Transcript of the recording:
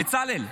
בצלאל,